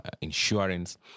insurance